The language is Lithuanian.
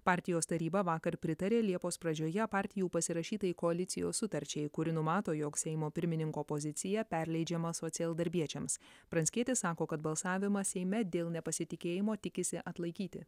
partijos taryba vakar pritarė liepos pradžioje partijų pasirašytai koalicijos sutarčiai kuri numato jog seimo pirmininko pozicija perleidžiama socialdarbiečiams pranckietis sako kad balsavimą seime dėl nepasitikėjimo tikisi atlaikyti